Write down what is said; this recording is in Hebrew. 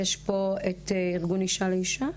יש פה נציג מארגון "אישה לאישה"?